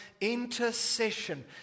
intercession